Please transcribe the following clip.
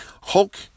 Hulk